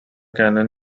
canyon